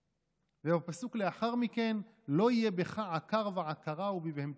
ובפסוק לאחר מכן: "לא יהיה בך עקר ועקרה ובבהמתך".